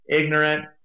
ignorant